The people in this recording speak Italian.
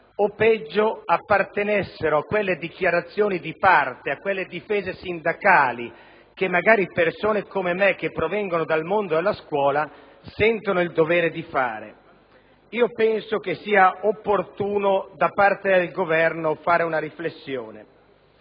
o, peggio, appartenessero a quelle dichiarazioni di parte, a quelle difese sindacali, che magari persone come me, che provengono dal mondo della scuola, sentono il dovere di fare. Penso sia opportuno che il Governo compia una riflessione.